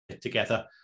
together